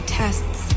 tests